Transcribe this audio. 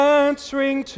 answering